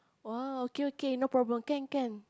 !wah! okay okay no problem can can